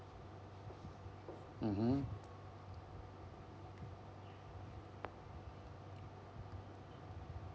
mmhmm